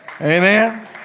Amen